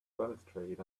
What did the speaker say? balustrade